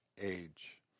age